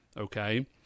Okay